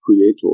creator